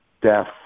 death